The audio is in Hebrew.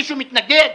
מישהו מתנגד?